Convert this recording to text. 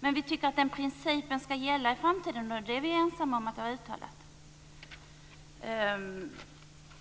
Men vi tycker att den här principen skall gälla i framtiden, och det är vi ensamma om att ha uttalat.